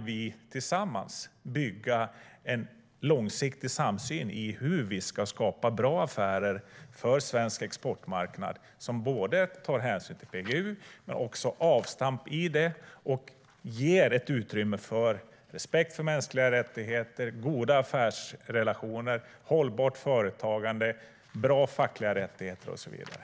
vi tillsammans kan bygga en långsiktig samsyn i hur vi ska skapa bra affärer för svensk exportmarknad som både tar hänsyn till och avstamp i PGU och även ger ett utrymme för respekt för mänskliga rättigheter, goda affärsrelationer, hållbart företagande, bra fackliga rättigheter och så vidare.